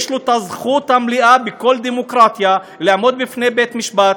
יש לו הזכות המלאה בכל דמוקרטיה לעמוד בפני בית-משפט,